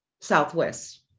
Southwest